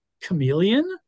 Chameleon